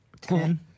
Ten